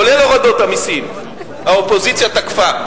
כולל הורדות המסים, האופוזיציה תקפה.